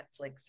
netflix